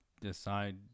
decide